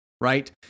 Right